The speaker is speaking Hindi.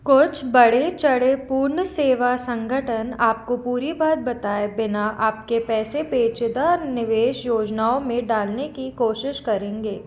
कुछ बड़े चढ़े पूर्ण सेवा संगठन आपको पूरी बात बताए बिना आपके पैसे पेचीदा निवेश योजनाओं में डालने की कोशिश करेंगे